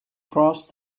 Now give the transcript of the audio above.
crossed